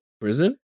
prison